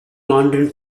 london